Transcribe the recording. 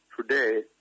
today